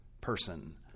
person